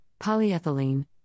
polyethylene